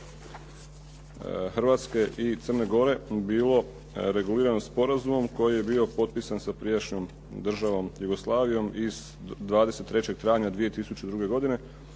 Hrvatske i Crne Gore bilo regulirano sporazumom koji je bio potpisan sa prijašnjom državnom Jugoslavijom iz 23. travnja 2002. godine.